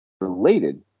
related